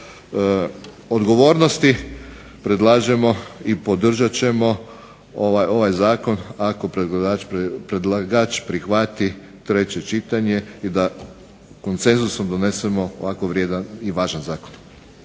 odgovornosti predlažemo i podržat ćemo ovaj Zakon ako predlagač prihvati treće čitanje i da konsenzusom donesemo ovako vrijedan i važan zakon.